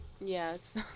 Yes